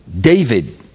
David